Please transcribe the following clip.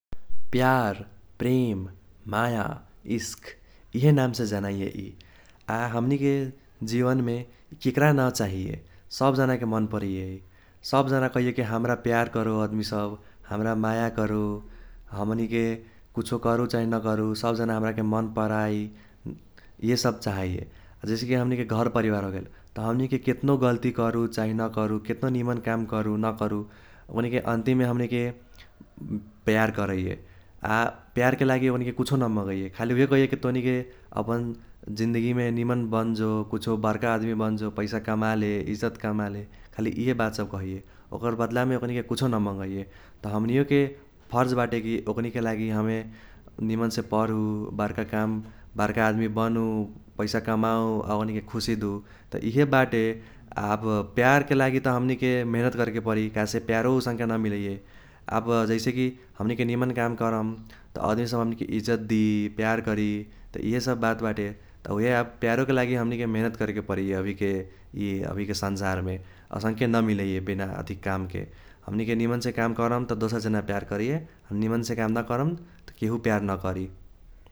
प्यार, प्रेम, माया, इश्क इहे नामसे जनाइये यी। आ हमनिके जीवनमे केक्रा नचाहैये । सब जनाके मन परैये । सब जना कहैये की हम्रा प्यार करो आदमी सब, हम्रा माया करो, हमनिके कुछों करू चाहे नकरु सब जना हम्राके मन पराई, इहे सब चहैये। जैसेकी हमनिके घर परिवार होगेल त हमनिके केतनो गलती करू चाही नकरु, केतनो निमन काम करू नकरु ओनिके अन्तिममे हमनिके प्यार करैये। आ प्यारके लागि कुछो नमगैये खाली ओहि कहै की तोनिके अपन जिन्दगीमे निमन बन्जो, कुछो बर्का आदमी बन्जो, पैसा कमाले, इज्जत कमाले, खाली इहे बात सब कहैये । ओकर बदलामे ओनिके कुछो न मगैये। त हमनियोके फर्ज बाटेकी ओकनीके लागि हमे निमनसे पढु, बर्का काम, बर्का आदमी बनु, पैसा कमाऊ आ ओनिके खुशी दु त इहे बाटे। अब प्यारके लागि त हमनीके मिहीनेत करेके परी काहेसे प्यारो ओसन्के न मिलैयै। अब जैसेकी हमनिके निमन काम करम त अदमीसब हमनिके इज्जत दी, प्यार करी, त इहे सब बात बाटे। त उहे अब प्यारोके लागि हमनिके मिहीनेत करेके परी अभीके यी अभीके संसारमे असन्के नमिलैयै बिना अथि कामके। हमनिके निमनसे काम करम त दोसर जना प्यार करैये, निमनसे काम नकरम त केहु प्यार नकरी।